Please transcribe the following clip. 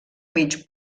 mig